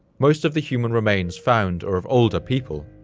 most of the human remains found are of older people.